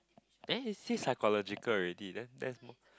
there you see psychological already there there that's